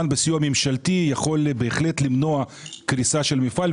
סיוע ממשלתי יכול בהחלט למנוע את הקריסה של המפעל,